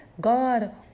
god